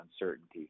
uncertainty